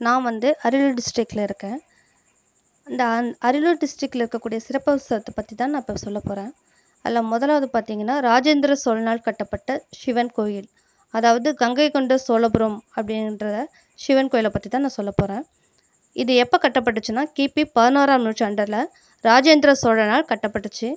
நான் வந்து அரியலூர் டிஸ்ட்ரிக்டில் இருக்கேன் அந்த அரியலூர் டிஸ்ட்ரிக்டில் இருக்கக்கூடிய சிறப்பு விஷயத்தை பத்திதான் நான் இப்போ சொல்லப் போகிறேன் அதில் முதலாவது பார்த்தீங்கன்னா ராஜேந்திர சோழனால் கட்டப்பட்ட சிவன் கோயில் அதாவது கங்கை கொண்ட சோழபுரம் அப்படின்ற சிவன் கோயிலை பத்திதான் நான் சொல்லப் போகிறேன் இது எப்போ கட்டப்பட்டுச்சுனா கிபி பதினோறாம் நூற்றாண்டில் ராஜேந்திர சோழனால் கட்டப்பட்டுச்சு